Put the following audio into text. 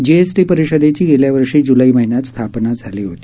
GST परिषदेची गेल्या वर्षी जुलै महिन्यात स्थापना झाली होती